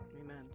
Amen